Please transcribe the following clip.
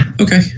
Okay